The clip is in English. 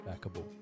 backable